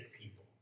people